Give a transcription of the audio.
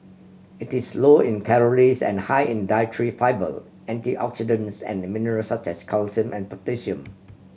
it is low in calories and high in dietary fibre antioxidants and minerals such as calcium and potassium